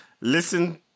listen